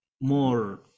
more